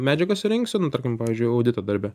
medžiagą surinksiu nu tarkim pavyzdžiui audito darbe